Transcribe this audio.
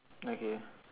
okay